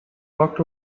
walked